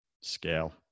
Scale